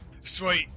Sweet